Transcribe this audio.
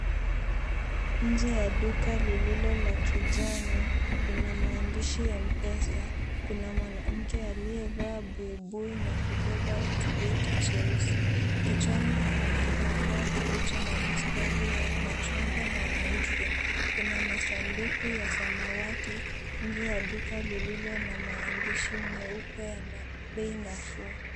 Nje ya duka lililo la kijani, lina maandishi M-pesa. Kuna mwanamke aliyevaa buibui na kubeba kibeti cheusi. Kichwani ana kitambaa kilicho na mistari ya machungwa, na nyeupe. Kuna masanduku ya samawati, nje ya duka lililo na maandishi meupe yana Bei Nafuu.